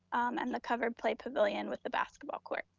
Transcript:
and the cover play pavilion with the basketball court.